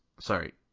sorry